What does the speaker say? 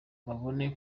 babona